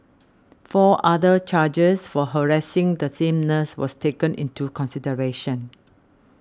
four other charges for harassing the same nurse was taken into consideration